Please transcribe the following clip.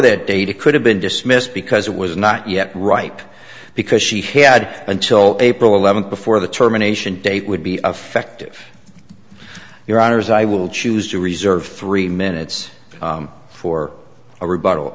that date it could have been dismissed because it was not yet ripe because she had until april eleventh before the terminations date would be affective your honour's i will choose to reserve three minutes for a rebuttal